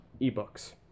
ebooks